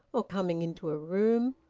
or coming into a room,